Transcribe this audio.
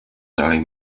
dalej